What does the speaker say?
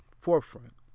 forefront